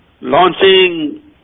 launching